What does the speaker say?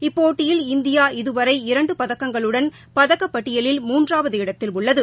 இப்போட்டியில் இந்தியா இதுவரை இரண்டுபதக்கங்களுடன் பதக்கப்பட்டியலில் மூன்றாவது இடத்தில் உள்ளது